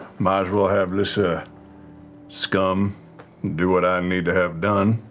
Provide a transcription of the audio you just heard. might as well have this ah scum do what i need to have done.